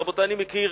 רבותי, אני מכיר,